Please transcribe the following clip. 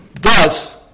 Thus